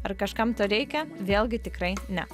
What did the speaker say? ar kažkam to reikia vėlgi tikrai ne